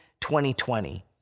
2020